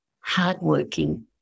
hardworking